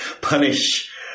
punish